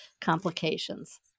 complications